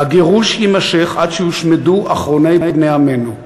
"הגירוש יימשך עד שיושמדו אחרוני בני עמנו,